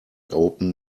open